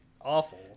awful